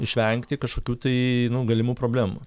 išvengti kažkokių tai galimų problemų